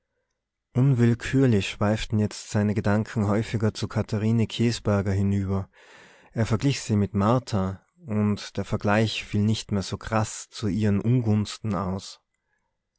unwillkürlich schweiften jetzt seine gedanken häufiger zu katharine käsberger hinüber er verglich sie mit martha und der vergleich fiel nicht mehr so kraß zu ihren ungunsten aus